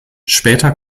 spätere